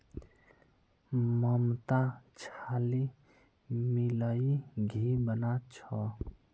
ममता छाली मिलइ घी बना छ